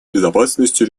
безопасности